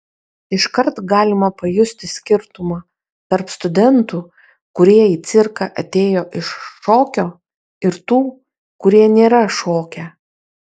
iškart galima pajusti skirtumą tarp studentų kurie į cirką atėjo iš šokio ir tų kurie nėra šokę